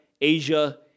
Asia